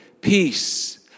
peace